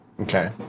Okay